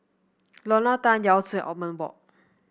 Lorna Tan Yao Zi Othman Wok